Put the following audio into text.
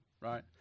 right